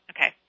Okay